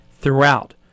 throughout